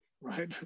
Right